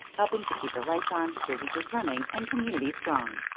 helping to keep the lights on, businesses running and communities strong.